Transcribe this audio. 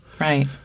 Right